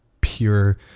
pure